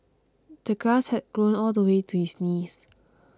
the grass had grown all the way to his knees